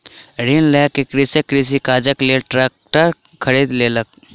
ऋण लय के कृषक कृषि काजक लेल ट्रेक्टर खरीद लेलक